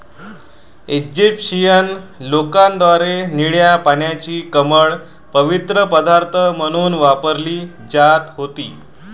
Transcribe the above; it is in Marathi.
इजिप्शियन लोकांद्वारे निळ्या पाण्याची कमळ पवित्र पदार्थ म्हणून वापरली जात होती